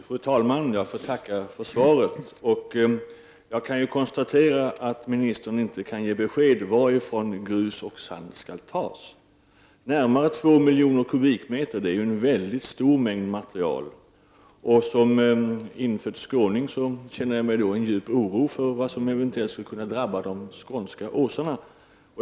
Fru talman! Jag får tacka för svaret. Jag kan konstatera att ministern inte kan ge besked om varifrån grus och sand skall tas. Närmare 2 miljoner kubikmeter är ju en mycket stor mängd material. Som infödd skåning känner jag en djup oro för vad som eventuellt skulle kunna drabba de skånska åsarna.